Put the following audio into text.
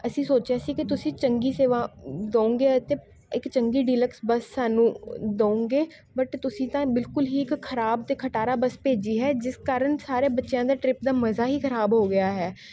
ਅਸੀਂ ਸੋਚਿਆ ਸੀ ਕਿ ਤੁਸੀਂ ਚੰਗੀ ਸੇਵਾ ਦੋਉਂਗੇ ਅਤੇ ਇੱਕ ਚੰਗੀ ਡੀਲਕਸ ਬੱਸ ਸਾਨੂੰ ਦੋਉਂਗੇ ਬਟ ਤੁਸੀਂ ਤਾਂ ਬਿਲਕੁਲ ਹੀ ਇੱਕ ਖਰਾਬ ਅਤੇ ਖਟਾਰਾ ਬੱਸ ਭੇਜੀ ਹੈ ਜਿਸ ਕਾਰਨ ਸਾਰੇ ਬੱਚਿਆਂ ਦੇ ਟਰਿੱਪ ਦਾ ਮਜ਼ਾ ਹੀ ਖਰਾਬ ਹੋ ਗਿਆ ਹੈ